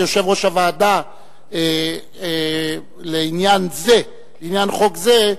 כיושב-ראש הוועדה לעניין חוק זה,